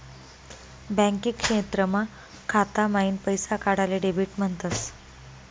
banking क्षेत्रमा खाता माईन पैसा काढाले डेबिट म्हणतस